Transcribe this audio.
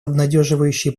обнадеживающие